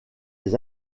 des